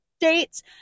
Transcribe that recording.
States